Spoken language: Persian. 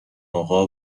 اقا